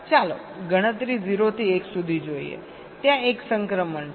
ચાલો ગણતરી 0 થી 1 સુધી જોઈએ ત્યાં એક સંક્રમણ છે